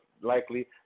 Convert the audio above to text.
likely